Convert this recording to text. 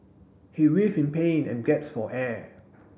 he writhed in pain and gasped for air